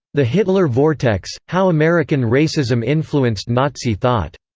the hitler vortex how american racism influenced nazi thought,